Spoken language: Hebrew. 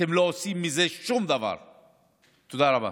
תודה רבה.